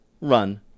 run